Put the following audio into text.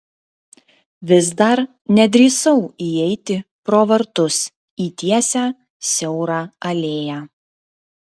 vis dar nedrįsau įeiti pro vartus į tiesią siaurą alėją